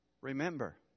Remember